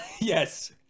Yes